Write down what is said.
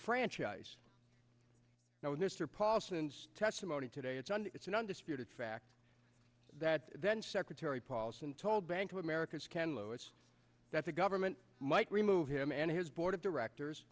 franchise now in this or paulson's testimony today it's on it's an undisputed fact that then secretary paulson told bank of america's ken lewis that the government might remove him and his board of directors